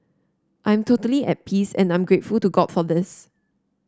I'm totally at peace and I'm grateful to God for this